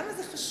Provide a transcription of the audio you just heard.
למה זה חשוב?